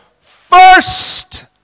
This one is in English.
first